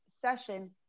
session